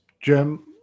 jim